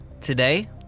Today